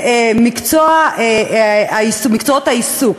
מקצועות העיסוק.